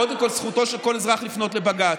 קודם כול זכותו של כל אזרח לפנות לבג"ץ.